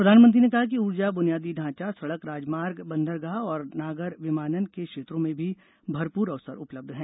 प्रधानमंत्री ने कहा कि ऊर्जा बुनियादी ढांचा सड़क राजमार्ग बंदरगाह और नागर विमानन के क्षत्रों में भी भरपूर अवसर उपलब्ध हैं